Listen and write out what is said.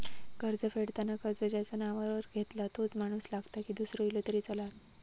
कर्ज फेडताना कर्ज ज्याच्या नावावर घेतला तोच माणूस लागता की दूसरो इलो तरी चलात?